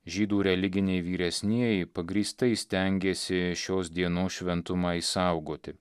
žydų religiniai vyresnieji pagrįstai stengėsi šios dienos šventumą išsaugoti